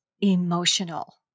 emotional